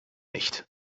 nicht